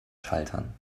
schaltern